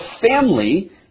family